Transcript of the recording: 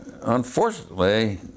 unfortunately